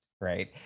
right